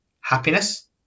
happiness